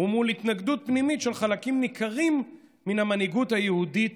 ומול התנגדות פנימית של חלקים ניכרים מן המנהיגות היהודית